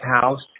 house